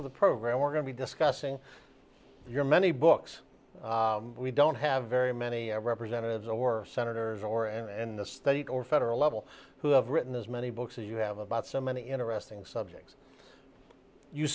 of the program we're going to be discussing your many books we don't have very many representatives or senators or and the state or federal level who have written as many books as you have about so many interesting subjects you